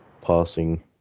passing